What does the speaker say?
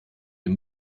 dem